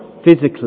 physically